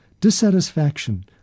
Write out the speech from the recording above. dissatisfaction